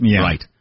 Right